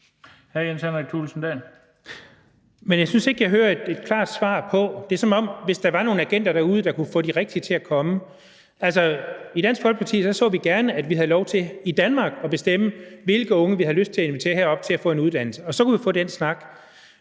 at man bare gerne ville have, at der var nogle agenter derude, der kunne få de rigtige til at komme. I Dansk Folkeparti så vi gerne, at vi havde lov til i Danmark at bestemme, hvilke unge vi havde lyst til at invitere herop til at få en uddannelse, og så kunne vi få den snak.